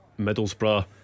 Middlesbrough